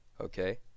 okay